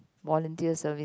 volunteer service